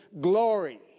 glory